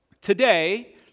Today